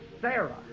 Sarah